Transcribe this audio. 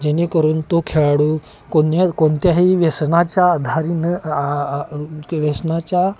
जेणेकरून तो खेळाडू कोण्या कोणत्याही व्यसनाच्या आधारी न व्यसनाच्या